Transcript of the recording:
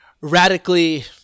radically